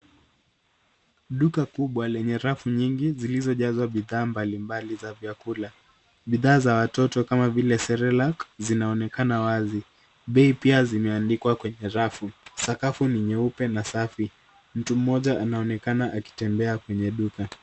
Duka kubwa lenye rafu nyingi zilizojazwa bidhaa mbalimbali za vyakula, bidhaa za watoto kama vile celeriac zinaonekana wazi. Bei pia zimeandikwa kwenye rafu. Sakafu ni nyeupe na safi. Mtu mmoja anaonekana akitembea kwenye duka.